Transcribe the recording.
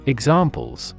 Examples